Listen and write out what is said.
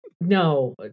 no